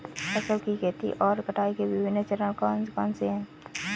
फसल की खेती और कटाई के विभिन्न चरण कौन कौनसे हैं?